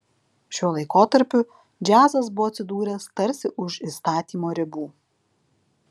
šiuo laikotarpiu džiazas buvo atsidūręs tarsi už įstatymo ribų